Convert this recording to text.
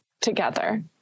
together